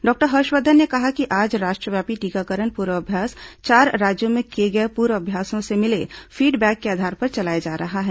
doctor Harshvardhan ने कहा कि आज राष्ट्रव्यापी टीकाकरण पूर्वाभ्यास चार राज्यों में किए गए पूर्वाभ्यासों से मिले फीडबैक के आधार पर चलाया जा रहा है